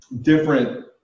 different